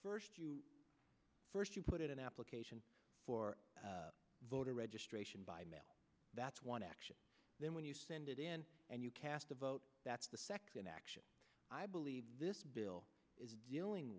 first you first you put it an application for a voter registration by mail that's one action then when you send it in and you cast a vote that's the second action i believe this bill is dealing